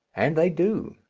and they do.